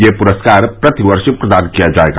यह पुरस्कार प्रतिवर्ष प्रदान किया जायेगा